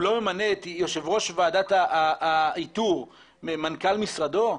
לא ממנה את יושב ראש ועדת האיתור למנכ"ל משרדו?